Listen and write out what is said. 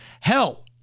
Hell